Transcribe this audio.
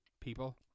people